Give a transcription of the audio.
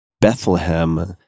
Bethlehem